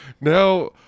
Now